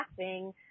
laughing